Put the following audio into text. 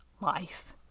life